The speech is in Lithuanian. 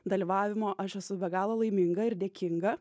dalyvavimo aš esu be galo laiminga ir dėkinga